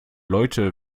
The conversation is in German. leute